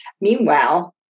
Meanwhile